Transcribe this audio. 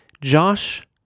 Josh